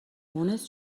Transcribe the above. مونس